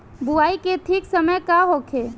बुआई के ठीक समय का होखे?